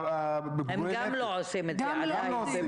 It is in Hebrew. נקודה ראשונה,